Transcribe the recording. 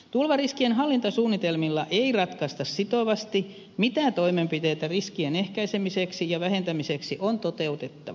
tulvariskien hallintasuunnitelmilla ei ratkaista sitovasti mitä toimenpiteitä riskien ehkäisemiseksi ja vähentämiseksi on toteutettava